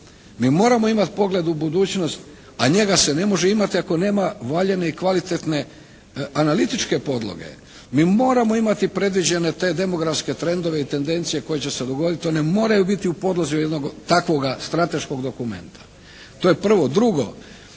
mi moramo imati pogled u budućnost, a njega se ne može imati ako nema valjane i kvalitetne analitičke podloge. Mi moramo imati previđene te demografske trendove i tendencije koje će se dogoditi, one moraju biti u podlozi jednoga takvoga strateškog dokumenta. To je prvo. Drugo,